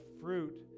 fruit